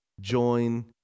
join